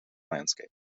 landscape